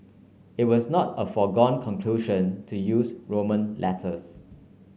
it was not a foregone conclusion to use Roman letters